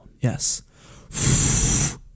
Yes